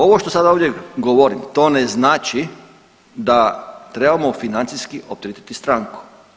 Ovo što sada ovdje govorim to ne znači da trebamo financijski opteretiti stranku.